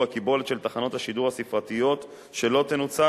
הקיבולת של תחנות השידור הספרתיות שלא תנוצל,